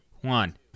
one